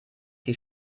die